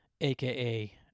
aka